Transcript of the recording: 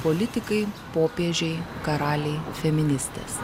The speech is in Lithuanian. politikai popiežiai karaliai feministės